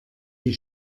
wie